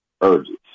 urges